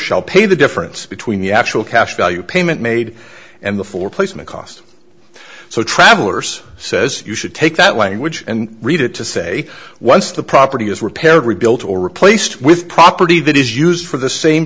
shall pay the difference between the actual cash value payment made and the for placement cost so travelers says you should take that language and read it to say once the property is repaired rebuilt or replaced with property that is used for the same